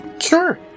Sure